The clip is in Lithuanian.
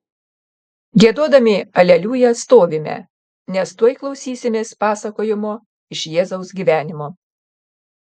giedodami aleliuja stovime nes tuoj klausysimės pasakojimo iš jėzaus gyvenimo